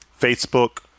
Facebook